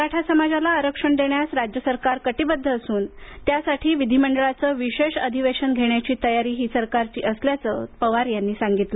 मराठा समाजाला आरक्षण देण्यास राज्य सरकार कटिबद्ध असून त्यासाठी विधिमंडळाचं विशेष अधिवेशन घेण्याचीही सरकारची तयारी असल्याचं पवार म्हणाले